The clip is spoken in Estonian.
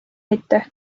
mitte